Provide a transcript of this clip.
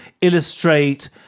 illustrate